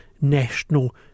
National